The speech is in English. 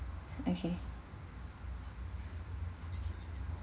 okay